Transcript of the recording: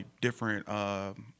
different